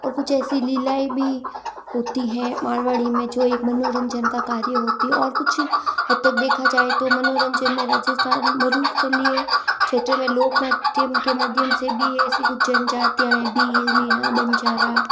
और कुछ ऐसी लीलाएं भी होती हैं मारवाड़ी में जो एक मनोरंजन का कार्य होती और कुछ हाँ तो देखा जाए तो मनोरंजन में राजस्थान मरुस्थलीय क्षेत्र में लोकनाट्यम के माध्यम से भी है ऐसी कुछ जनजातियाँ हैं भील मीणा बंजारा